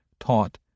taught